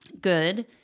good